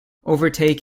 overtake